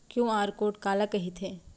QR code काला कहिथे?